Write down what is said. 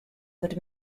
but